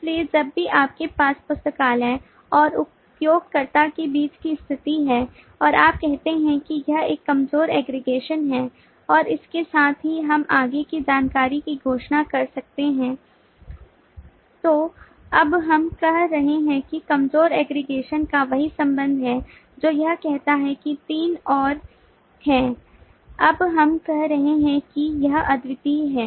इसलिए जब भी आपके पास पुस्तकालय और उपयोगकर्ता के बीच की स्थिति है और आप कहते हैं कि यह एक कमजोर aggregation है और इसके साथ ही हम आगे की जानकारी की घोषणा कर सकते हैं तो अब हम कह रहे हैं कि कमजोर aggregation का वही संबंध है जो यह कहता है कि तीन और हैं अब हम कह रहे हैं कि यह अद्वितीय है